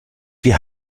wir